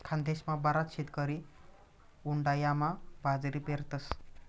खानदेशमा बराच शेतकरी उंडायामा बाजरी पेरतस